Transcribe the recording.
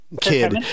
Kid